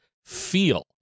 Feel